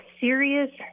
serious